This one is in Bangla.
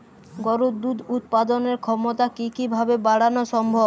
গরুর দুধ উৎপাদনের ক্ষমতা কি কি ভাবে বাড়ানো সম্ভব?